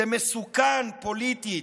זה מסוכן פוליטית,